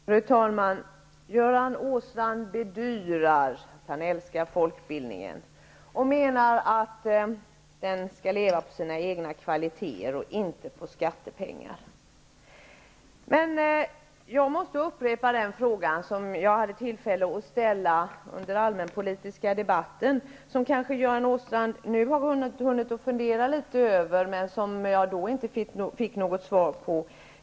Fru talman! Göran Åstrand bedyrar att han älskar folkbildningen och menar att den skall leva på sina egna kvaliteter och inte på skattepengar. Jag måste upprepa den fråga jag hade tillfälle att ställa under allmänpolitiska debatten och som kanske Göran Åstrand nu har hunnit fundera litet över men som jag då inte fick något svar på.